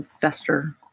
fester